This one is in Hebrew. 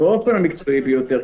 באופן המקצועי ביותר.